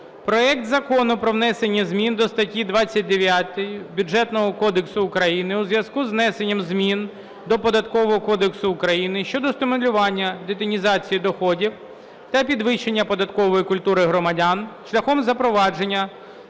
проект Закону про внесення змін до статті 29 Бюджетного кодексу України у зв'язку із внесенням змін до Податкового кодексу України щодо стимулювання детінізації доходів та підвищення податкової культури громадян шляхом запровадження